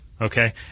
okay